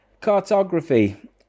Cartography